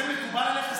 זה מקובל עליך?